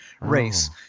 race